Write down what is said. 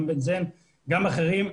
גם בנזן וגם אחרים,